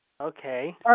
Okay